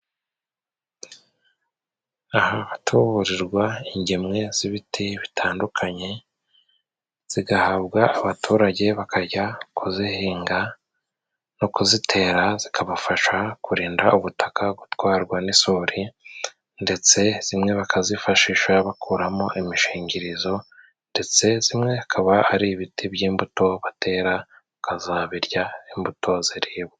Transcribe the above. Aha hatuburirwa ingemwe z'ibiti bitandukanye, zigahabwa abaturage bakajya kuzihinga no kuzitera, zikabafasha kurinda ubutaka gutwarwa n'isuri, ndetse zimwe bakazifashisha bakuramo imishingirizo, ndetse zimwe hakaba hari ibiti by'imbuto batera bakazabirya imbuto ziribwa.